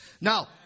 Now